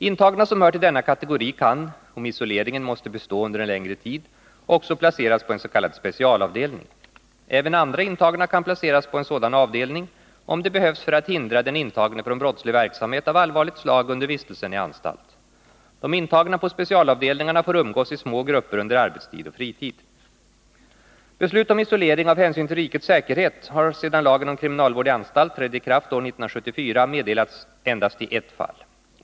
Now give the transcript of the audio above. Intagna som hör till denna kategori kan, om isoleringen måste bestå under enlängre tid, också placeras på ens.k. specialavdelning. Även andra intagna kan placeras på en sådan avdelning, om det behövs för att hindra den intagne från brottslig verksamhet av allvarligt slag under vistelsen i anstalt. De intagna på specialavdelningarna får umgås i små grupper under arbetstid och fritid. Beslut om isolering av hänsyn till rikets säkerhet har sedan lagen om kriminalvård i anstalt trädde i kraft år 1974 meddelats endast i ett fall.